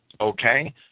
Okay